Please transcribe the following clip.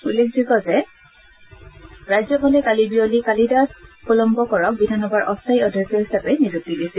উল্লেখযোগ্য যে ৰাজ্যপালে কালি বিয়লি কালিদাস কোলম্বকৰক বিধানসভাৰ অস্থায়ী অধ্যক্ষ হিচাপে নিযুক্তি দিছিল